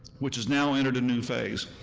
which has now entered a new phase.